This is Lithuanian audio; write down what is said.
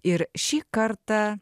ir šį kartą